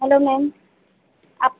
hello ma'am आप